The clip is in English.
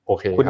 Okay